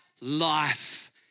life